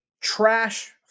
trash